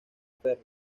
ferry